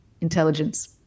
intelligence